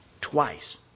twice